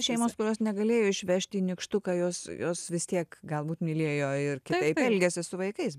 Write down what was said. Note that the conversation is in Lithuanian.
šeimos kurios negalėjo išvežti į nykštuką jos jos vis tiek galbūt mylėjo ir kitaip elgėsi su vaikais